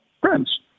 friends